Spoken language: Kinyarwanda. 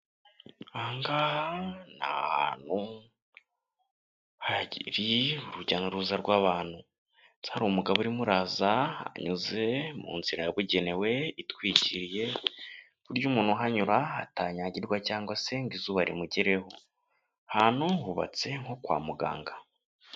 Ahangaha ni ahantu hari urujya n'uruza rw'abantu, hari umugabo urimo uraza anyuze mu nzira yabugenewe itwikiriye ku buryo umuntu uhanyura atanyagirwa cyangwa se ngo izuba rimugereho. Aha hantu hubatse nko kwa muganga.